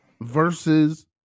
versus